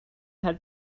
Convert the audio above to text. had